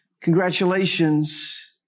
Congratulations